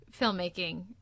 filmmaking